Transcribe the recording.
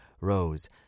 Rose